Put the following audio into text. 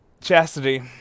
Chastity